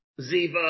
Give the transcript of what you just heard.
ziva